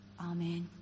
Amen